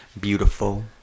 Beautiful